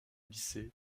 lycée